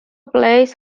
plays